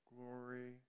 glory